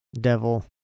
devil